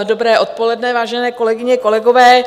Dobré odpoledne, vážené kolegyně, kolegové.